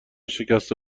شکسته